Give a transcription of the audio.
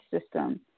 system